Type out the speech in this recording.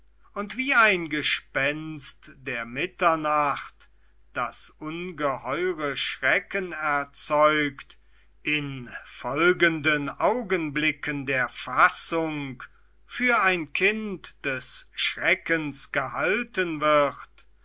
und wie ein gespenst der mitternacht das ungeheure schrecken erzeugt in folgenden augenblicken der fassung für ein kind des schreckens gehalten wird